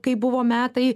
kai buvo metai